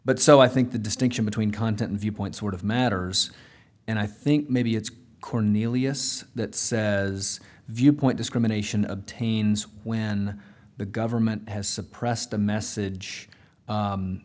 but so i think the distinction between content and viewpoint sort of matters and i think maybe it's cornelius that as viewpoint discrimination obtains when the government has suppressed the message